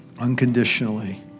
unconditionally